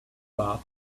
but